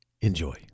Enjoy